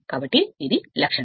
కాబట్టి ఇది లక్షణం